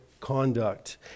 conduct